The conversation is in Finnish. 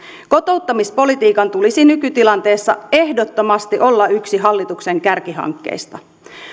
kotouttamispolitiikan tulisi nykytilanteessa ehdottomasti olla yksi hallituksen kärkihankkeista